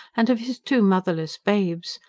and of his two motherless babes.